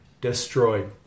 destroyed